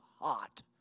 hot